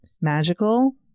magical